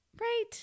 Right